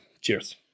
Cheers